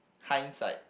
kinds like